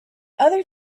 other